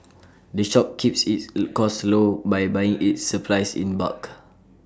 the shop keeps its costs low by buying its supplies in bulk